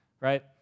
right